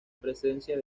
presencia